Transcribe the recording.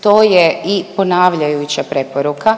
To je i ponavljajuća preporuka,